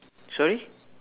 sorry